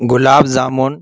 gulab jamun